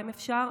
אם אפשר,